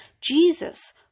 Jesus